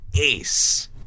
ace